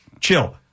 Chill